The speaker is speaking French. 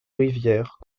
rivière